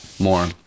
more